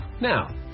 Now